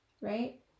Right